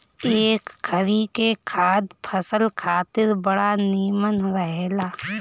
एकरी खरी के खाद फसल खातिर बड़ा निमन रहेला